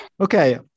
Okay